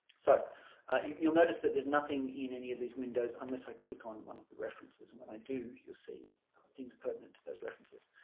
so you'll notice that there's nothing in any of these windows unless i click on one of the references and when i do you'll see things pertinent to those references